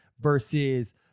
versus